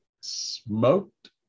smoked